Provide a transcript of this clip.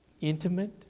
intimate